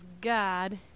God